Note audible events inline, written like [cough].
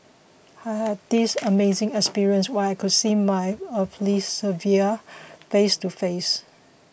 I had this [noise] amazing experience where I could see my earthly saviour face to face